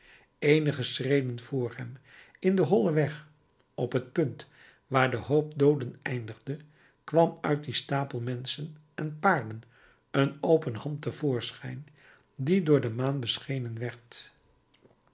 eenige schreden voor hem in den hollen weg op het punt waar de hoop dooden eindigde kwam uit dien stapel menschen en paarden een open hand te voorschijn die door de maan beschenen werd